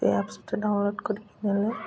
ସେ ଆପ୍ସ୍ଟା ଡ଼ାଉନଲୋଡ଼୍ କରିକି ନେଲେ